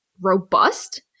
robust